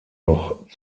noch